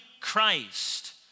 Christ